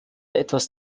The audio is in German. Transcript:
etwas